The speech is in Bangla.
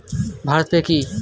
ভারত পে কি?